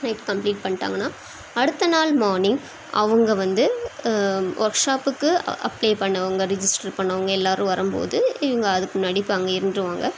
night complete பண்ணிட்டாங்கன்னா அடுத்த நாள் மார்னிங் அவங்க வந்து ஒர்க் ஷாப்புக்கு அப்ளே பண்ணவங்கள் ரிஜிஸ்டர் பண்ணவங்கள் எல்லாரும் ரும்போது இவுங்க அதுக்கு முன்னாடி போய் அங்கே இருந்துடுவாங்க